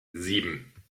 sieben